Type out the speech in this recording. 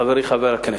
חברי חבר הכנסת,